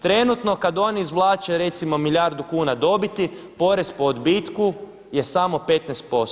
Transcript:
Trenutno kada oni izvlače recimo milijardu kuna dobiti, porez po odbitku je samo 15%